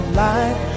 light